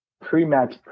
pre-match